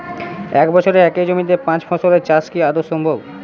এক বছরে একই জমিতে পাঁচ ফসলের চাষ কি আদৌ সম্ভব?